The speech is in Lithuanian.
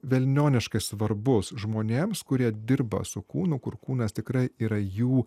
velnioniškai svarbus žmonėms kurie dirba su kūnu kur kūnas tikrai yra jų